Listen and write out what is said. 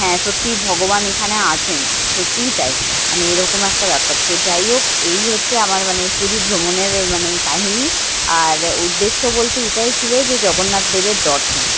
হ্যাঁ সত্যিই ভগবান এখানে আছেন সত্যিই তাই মানে এরকম একটা ব্যাপার তো যাই হোক এই হচ্ছে আমার মানে পুরী ভ্রমণের মানে কাহিনি আর উদ্দেশ্য বলতে এটাই ছিল যে জগন্নাথ দেবের দর্শন